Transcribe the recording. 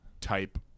type